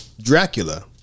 Dracula